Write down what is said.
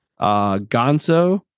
Gonzo